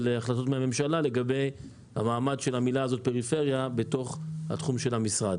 החלטות ממשלה לגבי המעמד של המילה "פריפריה" בתוך התחום של המשרד.